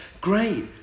great